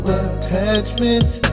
attachments